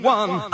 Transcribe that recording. one